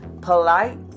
polite